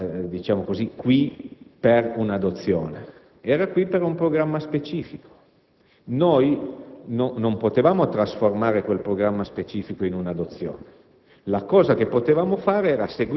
la bambina non era in Italia per un'adozione, ma per un programma specifico. Noi non potevamo trasformare quel programma specifico in un'adozione;